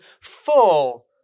full